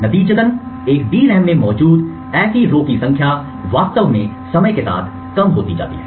नतीजतन एक DRAM में मौजूद ऐसी रो की संख्या वास्तव में समय के साथ कम होती जाती है